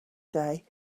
day